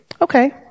Okay